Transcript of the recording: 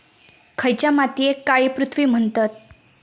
खयच्या मातीयेक काळी पृथ्वी म्हणतत?